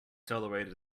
tolerated